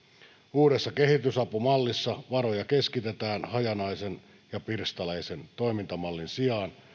uudessa kehitysapumallissa varoja keskitetään hajanaisen ja pirstaleisen toimintamallin sijaan